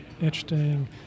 interesting